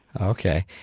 Okay